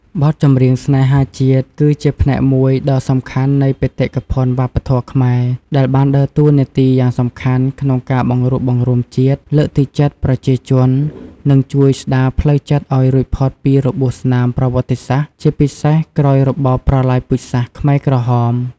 បទចម្រៀងស្នេហាជាតិ គឺជាផ្នែកមួយដ៏សំខាន់នៃបេតិកភណ្ឌវប្បធម៌ខ្មែរ ដែលបានដើរតួនាទីយ៉ាងសំខាន់ក្នុងការបង្រួបបង្រួមជាតិ លើកទឹកចិត្តប្រជាជន និងជួយស្ដារផ្លូវចិត្តឲ្យរួចផុតពីរបួសស្នាមប្រវត្តិសាស្ត្រ ជាពិសេសក្រោយរបបប្រល័យពូជសាសន៍ខ្មែរក្រហម។